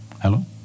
Hello